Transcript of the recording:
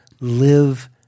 live